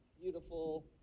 beautiful